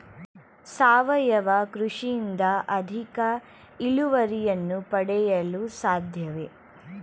ಸಾವಯವ ಕೃಷಿಯಿಂದ ಅಧಿಕ ಇಳುವರಿಯನ್ನು ಪಡೆಯಲು ಸಾಧ್ಯವೇ?